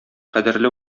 кадерле